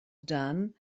done